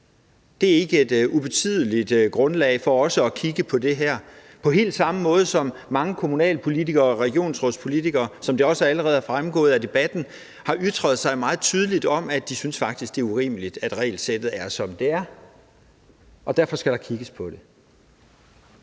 heller ikke et ubetydeligt grundlag for at kigge på det her, og det samme gælder det, at mange kommunalpolitikere og regionsrådspolitikerne, som det også allerede er fremgået af debatten, har ytret sig meget tydeligt om, at de faktisk synes, det er urimeligt, at regelsættet er, som det er. Og derfor skal der kigges på det.